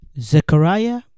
Zechariah